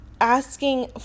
asking